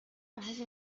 بعضی